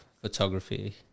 photography